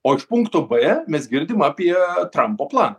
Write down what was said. o iš punkto b mes girdim apie trampo planą